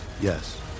Yes